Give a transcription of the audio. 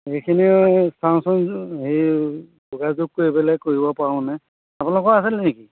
সেইখিনি চাওচান হেৰি যোগাযোগ কৰিবলে কৰিব পাৰোঁ নে আপোনালোকৰ আছিল নেকি